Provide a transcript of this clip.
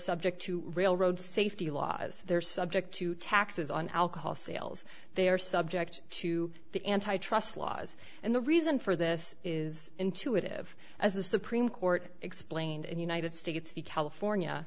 subject to railroad safety laws they're subject to taxes on alcohol sales they are subject to the antitrust laws and the reason for this is intuitive as the supreme court explained in united states v california